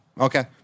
Okay